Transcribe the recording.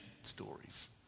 stories